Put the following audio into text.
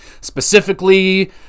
specifically